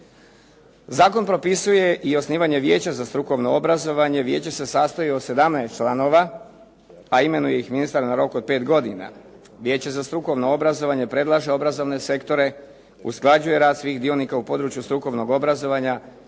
Zakon propisuje i osnivanje Vijeća za strukovno obrazovanje. Vijeće se sastoji od 17 članova, a imenuje ih ministar na rok od 5 godina. Vijeće za strukovno obrazovanje predlaže obrazovne sektore, usklađuje rad svih dionika u području strukovnog obrazovanja,